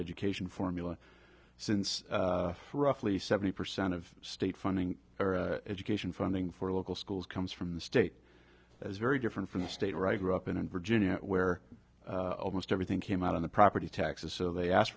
education formula since roughly seventy percent of state funding education funding for local schools comes from the state is very different from the state right grew up in in virginia where almost everything came out of the property taxes so they asked